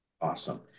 Awesome